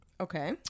Okay